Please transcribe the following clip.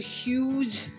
huge